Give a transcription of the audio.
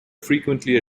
frequently